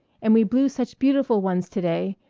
and we blew such beautiful ones to-day,